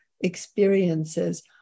experiences